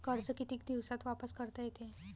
कर्ज कितीक दिवसात वापस करता येते?